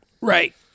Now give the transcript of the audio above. Right